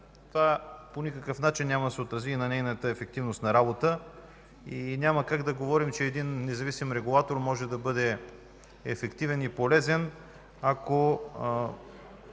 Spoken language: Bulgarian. това по никакъв начин няма да се отрази на нейната ефективност на работа и няма как да говорим, че един независим регулатор може да бъде ефективен и полезен, ако